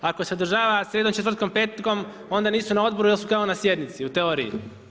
Ako sadržava srijedom, četvrtkom, petkom onda nisu na odboru, jer su kao na sjednici u teoriji.